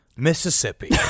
Mississippi